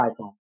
iPhone